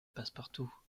passepartout